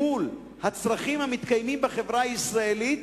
ומצד שני הצרכים בחברה הישראלית,